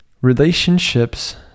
relationships